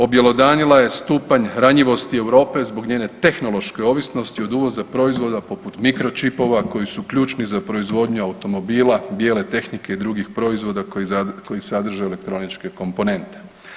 Objelodanila je stupanj ranjivosti Europe zbog njene tehnološke ovisnosti od uvoza proizvoda poput mikročipova koji su ključni za proizvodnju automobila ,bijele tehnike i drugih proizvoda koji sadrže elektroničke komponente.